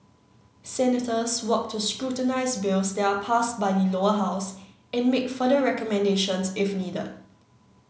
senators work to scrutinise bills that are passed by the Lower House and make further recommendations if needed